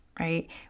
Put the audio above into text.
right